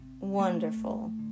wonderful